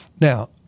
Now